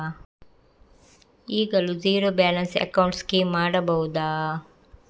ಈಗಲೂ zero balance account scheme ಮಾಡಬಹುದಾ?